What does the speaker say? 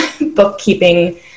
bookkeeping